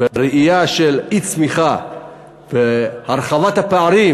בראיה של אי-צמיחה והרחבת הפערים,